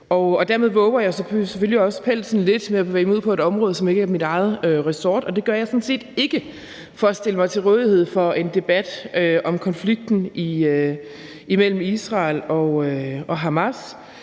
Dermed vover jeg selvfølgelig også pelsen lidt ved at bevæge mig ud på et område, som ikke er mit eget ressort, og det gør jeg sådan set ikke for at stille mig til rådighed for en debat om konflikten imellem Israel og Hamas,